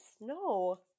No